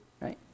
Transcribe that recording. right